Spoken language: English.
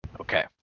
Okay